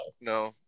No